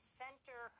center